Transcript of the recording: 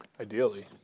Ideally